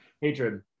Hatred